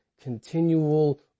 continual